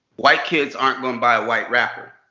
white kids aren't gonna buy a white rapper.